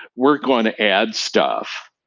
we're going to add stuff.